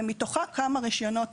ומתוכם כמה רישיונות